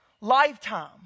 lifetime